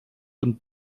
und